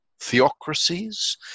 theocracies